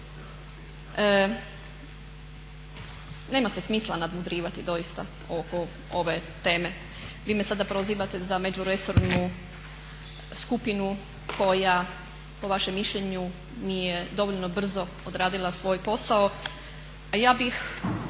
Nema se smisla nadmudrivati doista oko ove teme. Vi me sada prozivate za međuresornu skupinu koja po vašem mišljenju nije dovoljno brzo odradila svoj posao,